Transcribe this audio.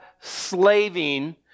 slaving